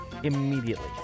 immediately